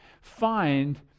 find